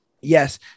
Yes